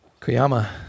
Kuyama